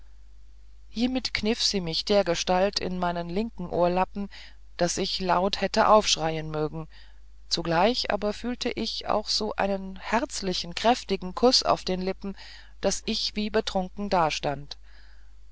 hiemit kniff sie mich dergestalt in meinen linken ohrlappen daß ich laut hätte aufschreien mögen zugleich aber fühlte ich auch so einen herzlichen kräftigen kuß auf den lippen daß ich wie betrunken dastand